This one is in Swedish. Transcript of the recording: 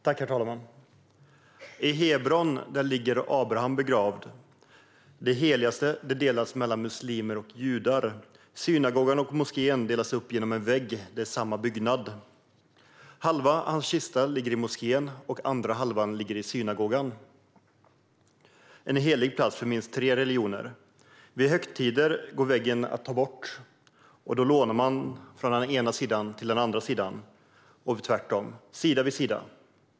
Herr talman! I Hebron ligger Abraham begravd. Det heligaste delas mellan muslimer och judar. Synagogan och moskén skiljs åt av en vägg; det är samma byggnad. Halva hans kista ligger i moskén och andra halvan i synagogan. Detta är en helig plats för minst tre religioner. Vid högtider kan väggen tas bort, och då lånar man från den ena sidan till den andra och tvärtom - sida vid sida.